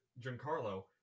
Giancarlo